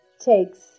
takes